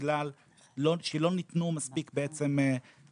בגלל שלא ניתנה מספיק מעטפת,